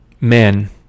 men